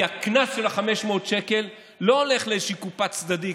כי הקנס של 500 שקל לא הולך לאיזה שהיא קופה צדדית,